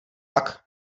pak